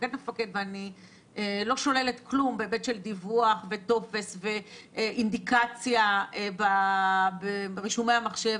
ואני לא שוללת כלום בהיבט של דיווח וטופס ואינדיקציה ברישומי המחשב,